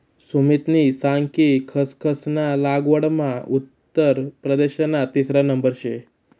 सुमितनी सांग कि खसखस ना लागवडमा उत्तर प्रदेशना तिसरा नंबर शे